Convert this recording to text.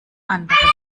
anderen